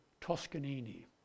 Toscanini